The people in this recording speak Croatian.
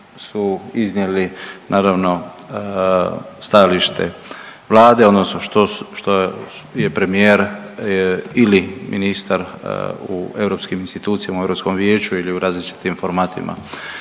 su iznijeli naravno stajalište Vlade odnosno što je premijer ili ministar u europskim institucijama u Europskom vijeću ili u različitim formatima